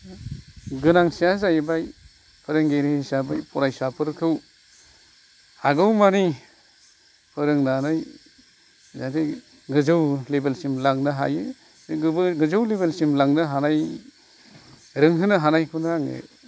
गोनांथिया जायैबाय फोरोंगिरि हिसाबै फरायसा फोरखौ हागौ मानि फोरोंनानै जाहाथे गोजौ लेबेल सिम लांनो हायो बे गोजौ लेबेलसिम लांनो हानाय रोंहोनो हानायखौनो आङो